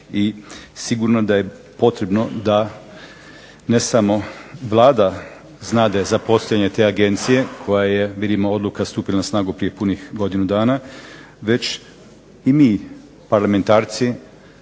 I sigurno da je potrebno da Vlada znade za postojanje te agencije koja vidimo odluka stupila na snagu prije punih godinu dana, već i mi parlamentarce